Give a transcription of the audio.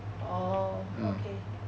orh okay